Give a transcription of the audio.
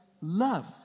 love